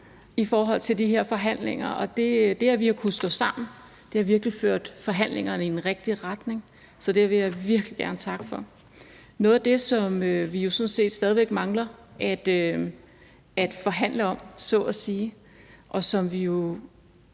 opposition i de her forhandlinger. Det, at vi har kunnet stå sammen, har virkelig ført forhandlingerne i den rigtige retning, så det vil jeg virkelig gerne takke for. Noget af det, som vi jo sådan set stadig væk mangler at forhandle om så at sige, og som vi jo